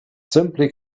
simply